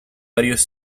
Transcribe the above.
varios